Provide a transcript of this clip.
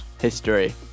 history